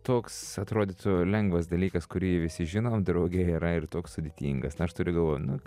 toks atrodytų lengvas dalykas kurį visi žinom drauge yra ir toks sudėtingas na aš turiu galvoj nu